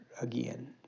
again